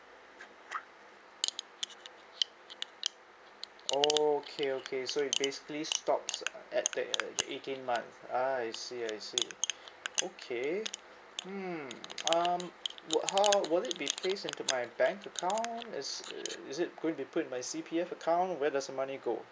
oh okay okay so it basically stops uh at the eighteen month ah I see I see okay hmm um will how will it be placed into my bank account is i~ is it going to be put into my C_P_F account where does the money go